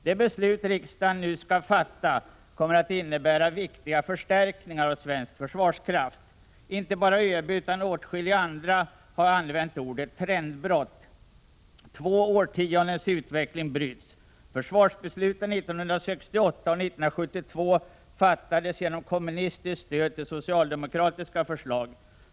Det beslut riksdagen nu skall fatta kommer att innebära viktiga förstärkningar av svensk försvarskraft. Inte bara ÖB utan även åtskilliga andra har använt ordet ”trendbrott”. Två årtiondens utveckling bryts. Försvarsbesluten 1968 och 1972 fattades genom kommunistiskt stöd till socialdemokratiska förslag.